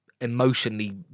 emotionally